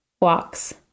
walks